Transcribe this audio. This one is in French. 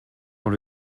dans